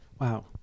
Wow